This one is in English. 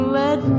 let